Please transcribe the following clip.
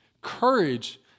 Courage